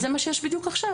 זה בדיוק עכשיו.